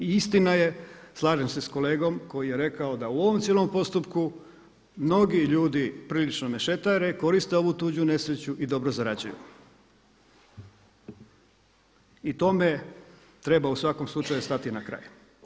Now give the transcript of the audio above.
I istina je, slažem se sa kolegom koji je rekao da u ovom cijelom postupku mnogi ljudi prilično mešetare, koriste ovu tuđu nesreću i dobro zarađuju i tome treba u svakom slučaju stati na kraj.